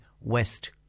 West